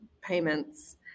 payments